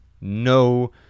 no